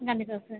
கண்டிப்பாக சார்